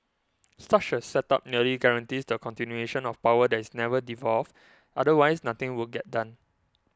such a setup nearly guarantees the continuation of power that is never devolved otherwise nothing would get done